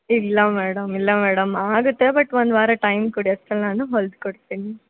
ಇಲ್ಲ ಮೇಡಮ್ ಇಲ್ಲ ಮೇಡಮ್ ಆಗುತ್ತೆ ಬಟ್ ಒಂದು ವಾರ ಟೈಮ್ ಕೊಡಿ ಅಷ್ಟ್ರಲ್ಲಿ ನಾನು ಹೊಲ್ದು ಕೊಡ್ತೀನಿ